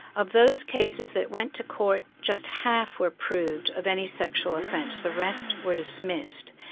of those cases that went to court just half were proved of any sexual offence. the rest were dismissed.